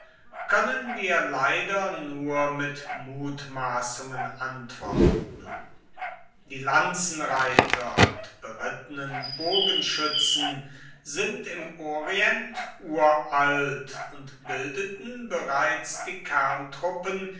können wir leider nur mit mutmaßungen antworten die lanzenreiter und berittenen bogenschützen sind im orient uralt und bildeten bereits die kerntruppen